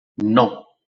non